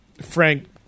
...frank